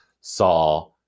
saw